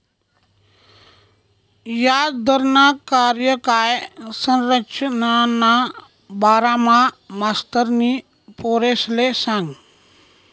याजदरना कार्यकाय संरचनाना बारामा मास्तरनी पोरेसले सांगं